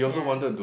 ya